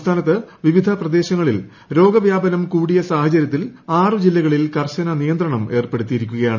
സംസ്ഥാനത്ത് വിവിധ പ്രദേശങ്ങളിൽ രോഗ വ്യാപനം കൂടിയ സാഹചരൃത്തിൽ ആറ് ജില്ലകളിൽ കർശന നിയന്ത്രണം ഏർപ്പെടുത്തിയിരിക്കുകയാണ്